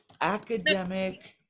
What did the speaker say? Academic